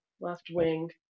left-wing